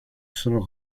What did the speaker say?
sono